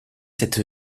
cette